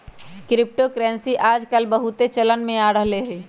crypto currency याजकाल बहुते चलन में आ रहल हइ